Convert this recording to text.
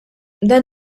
dak